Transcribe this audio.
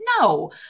No